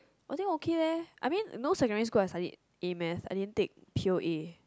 I think okay leh I mean you know secondary I study A math I didn't take pure A